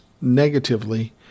negatively